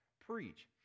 preach